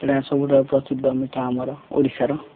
ଏଇଟା ସବୁଠାରୁ ପ୍ରସିଦ୍ଧ ମିଠା ଆମର ଓଡ଼ିଶାର